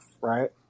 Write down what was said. right